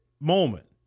moment